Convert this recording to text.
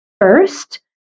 first